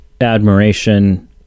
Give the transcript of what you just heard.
admiration